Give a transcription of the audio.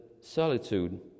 solitude